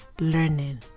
learning